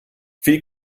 viel